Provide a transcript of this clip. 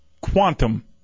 Quantum